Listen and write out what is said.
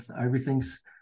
everything's